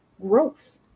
growth